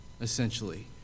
essentially